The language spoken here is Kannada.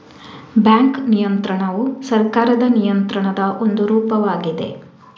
ಬ್ಯಾಂಕ್ ನಿಯಂತ್ರಣವು ಸರ್ಕಾರದ ನಿಯಂತ್ರಣದ ಒಂದು ರೂಪವಾಗಿದೆ